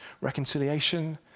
reconciliation